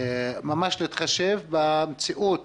להתחשב במציאות